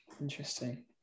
Interesting